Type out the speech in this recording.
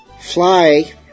Fly